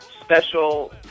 special